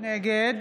נגד